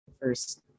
first